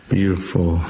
Beautiful